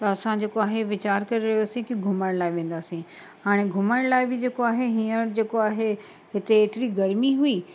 त असां जेको आहे वीचारु करियोसीं कि घुमण लाइ वेंदासीं हाणे घुमण लाइ बि जेको आहे हींअर जेको आहे हिते हेतिरी गर्मी हुई